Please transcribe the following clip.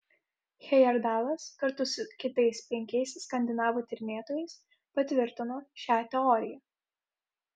hejerdalas kartu su kitais penkiais skandinavų tyrinėtojais patvirtino šią teoriją